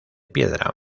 piedra